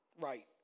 right